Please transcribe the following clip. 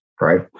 right